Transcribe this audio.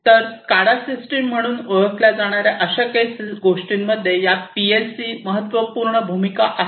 तर SCADA system म्हणून ओळखल्या जाणार्या अशा काही गोष्टींमध्ये या पीएलसीची महत्त्वपूर्ण भूमिका आहे